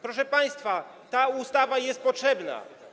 Proszę państwa, ta ustawa jest potrzebna.